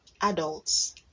adults